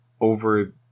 over